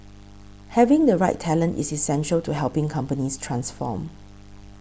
having the right talent is essential to helping companies transform